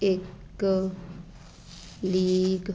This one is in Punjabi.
ਇੱਕ ਲੀਗ